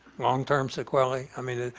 long-term sequelae. i mean,